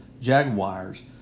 Jaguars